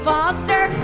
Foster